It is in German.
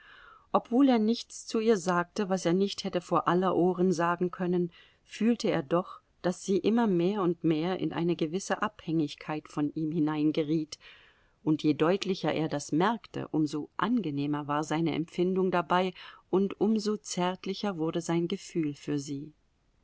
obwohl er nichts zu ihr sagte was er nicht hätte vor aller ohren sagen können fühlte er doch daß sie immer mehr und mehr in eine gewisse abhängigkeit von ihm hineingeriet und je deutlicher er das merkte um so angenehmer war seine empfindung dabei und um so zärtlicher wurde sein gefühl für sie